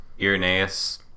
Irenaeus